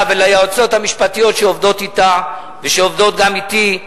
וליועצות המשפטיות שעובדות אתה ושעובדות גם אתי,